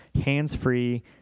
hands-free